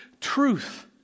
truth